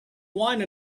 wine